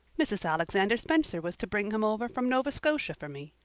mrs. alexander spencer was to bring him over from nova scotia for me.